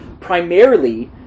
primarily